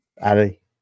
Ali